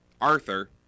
Arthur